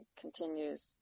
continues